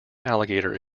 alligator